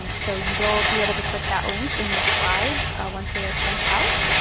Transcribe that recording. so you will be able to click that link in the slides once they are sent out.